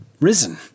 risen